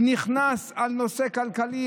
הוא נכנס לנושא כלכלי,